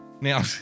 Now